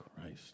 Christ